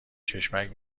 چشمک